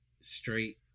straight